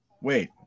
Wait